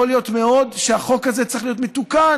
יכול להיות מאוד שהחוק הזה צריך להיות מתוקן.